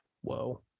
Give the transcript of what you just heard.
Whoa